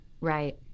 Right